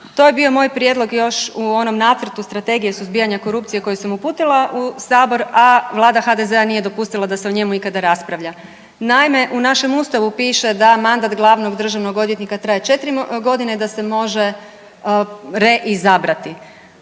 To je bio moj prijedlog još u onom Nacrtu prijedloga suzbijanja korupcije koji sam uputila u Sabor, a Vlada HDZ-a nije dopustila da se o njemu ikada raspravlja. Naime u našem Ustavu piše da mandat glavnog državnog odvjetnika traje 4 godine, da se može reizabrati.